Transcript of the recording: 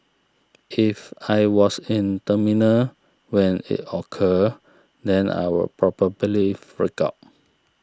if I was in terminal when it occurred then I'll probably freak out